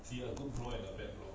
see lah good bro and a bad bro